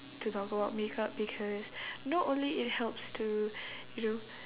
to talk about makeup because not only it helps to you know